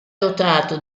dotato